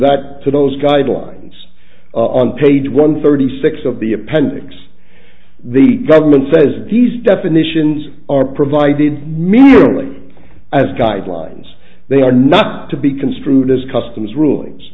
that to those guidelines on page one thirty six of the appendix the government says these definitions are provided merely as guidelines they are not to be construed as customs rulings